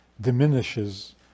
diminishes